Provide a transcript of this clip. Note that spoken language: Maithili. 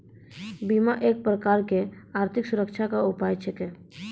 बीमा एक प्रकारो के आर्थिक सुरक्षा के उपाय छिकै